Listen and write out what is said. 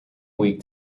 week